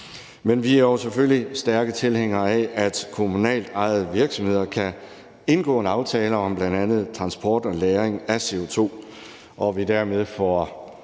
Men vi er jo selvfølgelig stærke tilhængere af, at kommunalt ejede virksomheder kan indgå en aftale om bl.a. transport og lagring af CO2, og at vi dermed får